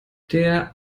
der